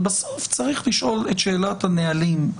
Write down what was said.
אבל בסוף צריך לשאול את שאלת הנהלים,